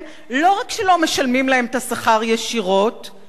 לא רק שלא משלמים להם את השכר ישירות,